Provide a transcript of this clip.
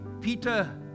Peter